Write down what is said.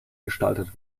gestaltet